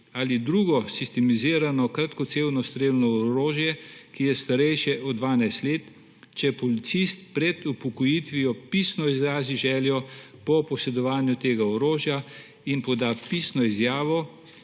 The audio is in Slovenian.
ali drugo sistemizirano kratkocevno strelno orožje, ki je starejše od 12 let, če policist pred upokojitvijo pisno izrazi željo po posedovanju tega orožja in poda pisno izjavo,